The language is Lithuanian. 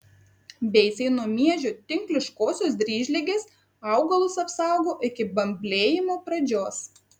beicai nuo miežių tinkliškosios dryžligės augalus apsaugo iki bamblėjimo pradžios